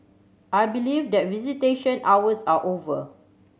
I believe that visitation hours are over